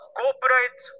cooperate